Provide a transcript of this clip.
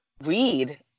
read